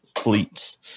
Fleets